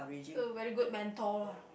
so very good mentor ah